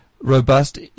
robust